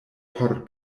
por